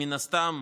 מן הסתם,